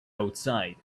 outside